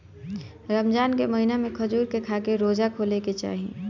रमजान के महिना में खजूर के खाके रोज़ा खोले के चाही